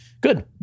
good